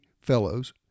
fellows